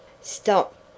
Stop